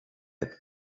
had